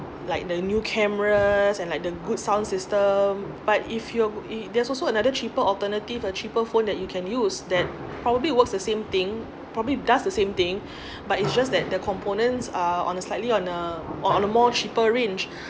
like the new cameras and like the good sound system but if you i~ there's also another cheaper alternative a cheaper phone that you can use that probably works the same thing probably does the same thing but it's just that the components are on a slightly on a on a more cheaper range